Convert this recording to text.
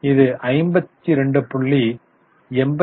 எனவே இது 52